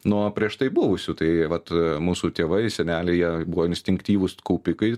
nuo prieš tai buvusių tai vat mūsų tėvai seneliai jie buvo instinktyvūs kaupikai